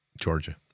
Georgia